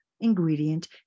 ingredient